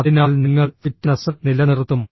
അതിനാൽ നിങ്ങൾ ഫിറ്റ്നസ് നിലനിർത്തും